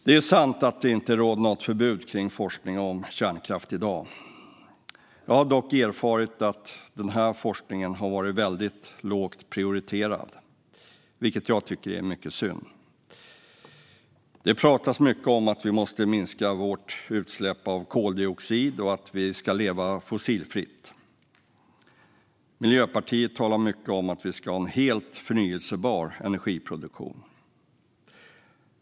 Det är sant att det inte råder något förbud mot forskning om kärnkraft i dag. Jag har dock erfarit att denna forskning varit väldigt lågt prioriterad, vilket jag tycker är mycket synd. Det pratas mycket om att vi måste minska våra utsläpp av koldioxid och att vi ska leva fossilfritt. Miljöpartiet talar mycket om att vi ska ha en helt förnybar energiproduktion.